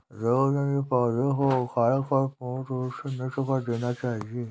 रोग जनित पौधों को उखाड़कर पूर्ण रूप से नष्ट कर देना चाहिये